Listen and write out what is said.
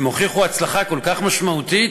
הם הוכיחו הצלחה כל כך משמעותית?